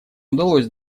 удалось